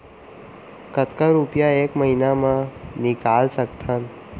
कतका रुपिया एक महीना म निकाल सकथन?